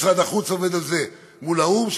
משרד החוץ עובד על זה מול האו"ם,